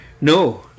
No